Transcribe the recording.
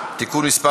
(תיקון מס'